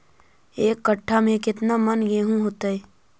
एक कट्ठा में केतना मन गेहूं होतै?